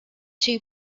two